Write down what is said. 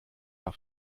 war